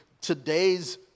today's